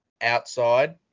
outside